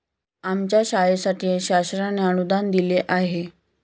आमच्या शाळेसाठी शासनाने अनुदान दिले आहे